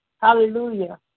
Hallelujah